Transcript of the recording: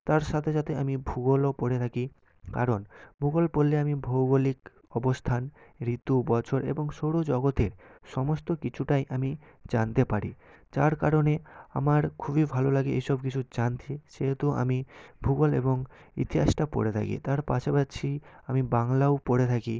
তার সাথে সাথে আমি ভূগোলও পড়ে থাকি কারণ ভূগোল পড়লে আমি ভৌগোলিক অবস্থান ঋতু বছর এবং সৌর জগতে সমস্ত কিছুটাই আমি জানতে পারি যার কারণে আমার খুবই ভালো লাগে এসব কিছু জানতে সেহেতু আমি ভূগোল এবং ইতিহাসটা পড়ে থাকি তার পাশাপাছি আমি বাংলাও পড়ে থাকি